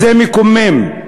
זה מקומם.